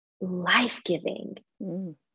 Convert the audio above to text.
life-giving